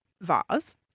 vase